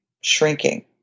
shrinking